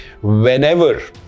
whenever